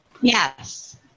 Yes